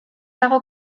dago